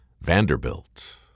Vanderbilt